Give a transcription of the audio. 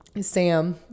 Sam